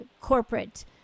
corporate